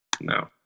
No